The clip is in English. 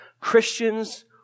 Christians